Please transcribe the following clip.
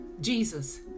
Jesus